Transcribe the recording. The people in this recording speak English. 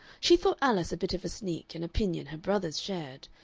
she thought alice a bit of a sneak, an opinion her brothers shared,